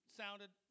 sounded